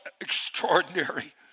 extraordinary